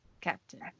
captain